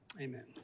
amen